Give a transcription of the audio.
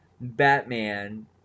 Batman